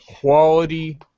quality